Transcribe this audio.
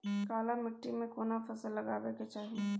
काला माटी में केना फसल लगाबै के चाही?